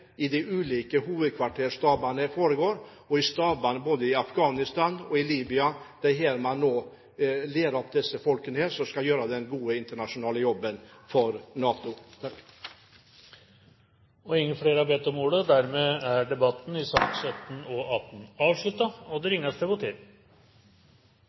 foregår, stabene både i Afghanistan og i Libya – det er her man nå lærer opp dem som skal gjøre den gode internasjonale jobben for NATO. Flere har ikke bedt om ordet til sakene nr. 17 og 18. Vi er klare til å gå til votering. Under debatten er det satt fram i alt åtte forslag. Det